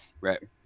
right